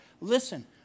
Listen